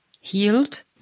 healed